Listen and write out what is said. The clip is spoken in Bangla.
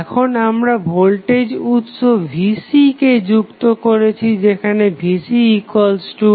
এখন আমরা ভোল্টেজ উৎস Vc কে যুক্ত করেছি যেখানে VcIΔR